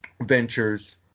ventures